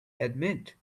admit